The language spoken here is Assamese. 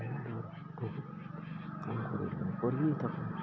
কৰিয়ে থাকোঁ